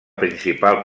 principal